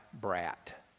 brat